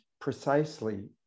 precisely